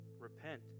repent